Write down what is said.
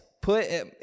put